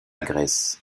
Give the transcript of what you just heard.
grèce